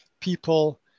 people